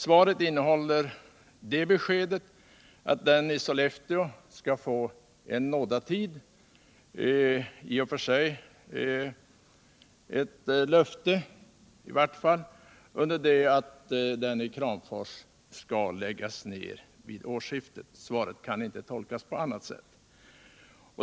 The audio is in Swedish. Svaret innehåller det beskedet att fabriken i Sollefteå skall få en nådatid — det är i vart fall ett löfte — under det att den i Kramfors skall läggas ned vid årsskiftet. Svaret kan inte tolkas på annat sätt.